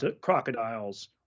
crocodiles